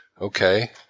okay